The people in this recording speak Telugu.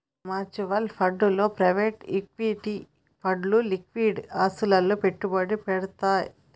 మ్యూచువల్ ఫండ్స్ లో ప్రైవేట్ ఈక్విటీ ఫండ్లు లిక్విడ్ ఆస్తులలో పెట్టుబడి పెడ్తయ్